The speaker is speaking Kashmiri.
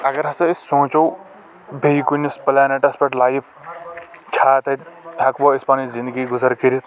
اگر ہسا أسۍ سوٗنٛچو بیٚیہِ کُنہِ پلینِٹس پٮ۪ٹھ لایِف چھا تَتہِ ہٮ۪کوا أسۍ پنٔنۍ زِنٛدگی گُزر کٔرِتھ